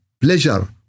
pleasure